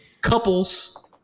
couples